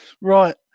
Right